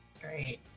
Great